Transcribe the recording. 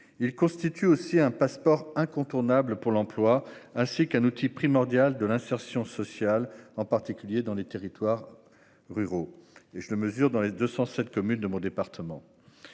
c'est aussi un passeport incontournable pour l'emploi, ainsi qu'un outil primordial de l'insertion sociale, en particulier dans les territoires ruraux. Je le mesure dans les 207 communes de mon département.